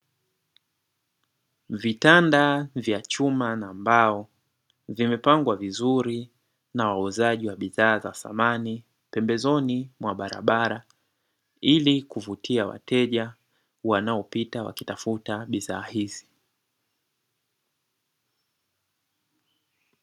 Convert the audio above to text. Vitanda vya chuma na mbao vimepangwa vizuri na wauzaji wa bidhaa za samani pembezoni mwa barabara, ili kuvutia wateja wanaopita wakitafuta bidhaa hizi.